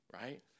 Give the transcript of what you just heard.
right